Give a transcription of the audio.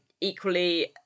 Equally